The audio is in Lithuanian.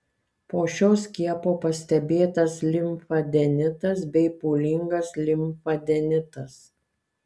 po šio skiepo pastebėtas limfadenitas bei pūlingas limfadenitas